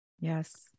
Yes